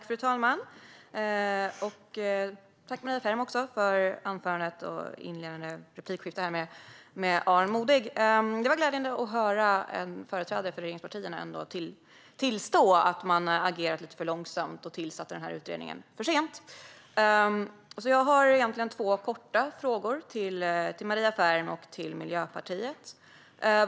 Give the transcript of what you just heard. Fru talman! Tack, Maria Ferm, för ditt inledande anförande och det inledande replikskiftet med Aron Modig. Det var glädjande att höra en företrädare för regeringspartierna tillstå att man har agerat lite långsamt och tillsatt utredningen för sent. Jag har två korta frågor till Maria Ferm och till Miljöpartiet.